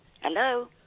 Hello